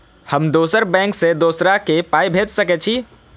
हम दोसर बैंक से दोसरा के पाय भेज सके छी?